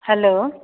hello